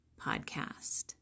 Podcast